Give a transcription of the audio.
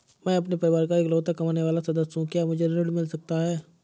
मैं अपने परिवार का इकलौता कमाने वाला सदस्य हूँ क्या मुझे ऋण मिल सकता है?